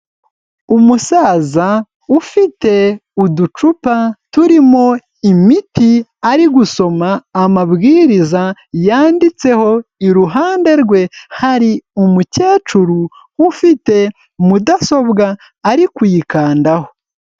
Umusaza ufite uducupa turimo imiti ari gusoma amabwiriza yanditseho, iruhande rwe hari umukecuru ufite mudasobwa ari kuyikandaho.